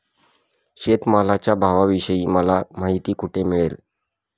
शेतमालाच्या भावाविषयी मला माहिती कोठे मिळेल?